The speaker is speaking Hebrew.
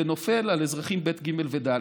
זה נופל על אזרחים ב', ג' וד'.